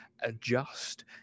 adjust